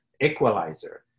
equalizer